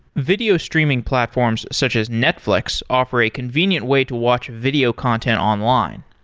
video streaming platforms such as netflix offer a convenient way to watch video content online.